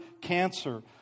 cancer